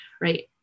right